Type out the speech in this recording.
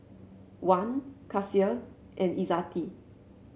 Wan Kasih and Izzati